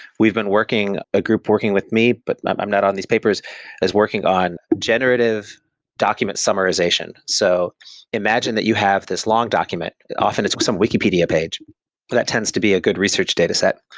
we've been working a group working with me, but i'm not on these papers, is working on generative document summarization. so imagine that you have this long document, often it's some wikipedia page, but that tends to be a good research data set.